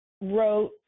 wrote